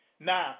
Now